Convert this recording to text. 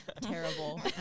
Terrible